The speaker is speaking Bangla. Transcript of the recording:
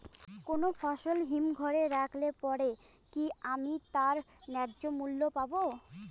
কোনো ফসল হিমঘর এ রাখলে পরে কি আমি তার ন্যায্য মূল্য পাব?